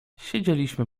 siedzieliśmy